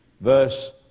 verse